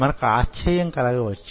మనకి ఆశ్చర్యం కలగవచ్చు